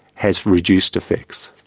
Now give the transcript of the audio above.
has reduced effects.